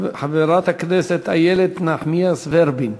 חברת הכנסת איילת נחמיאס ורבין.